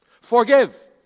Forgive